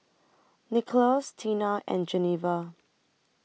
Nickolas Teena and Geneva